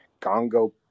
gongo